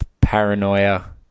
paranoia